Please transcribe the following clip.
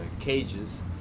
cages